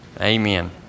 Amen